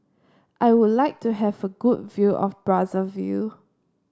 I would like to have a good view of Brazzaville